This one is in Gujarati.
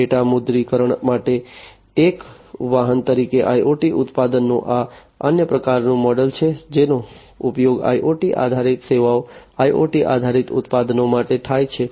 ડેટા મુદ્રીકરણ માટે એક વાહન તરીકે IoT ઉત્પાદનો આ અન્ય પ્રકારનું મોડેલ છે જેનો ઉપયોગ IoT આધારિત સેવાઓ IoT આધારિત ઉત્પાદનો માટે થાય છે